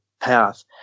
path